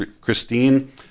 Christine